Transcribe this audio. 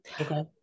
Okay